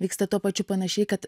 vyksta tuo pačiu panašiai kad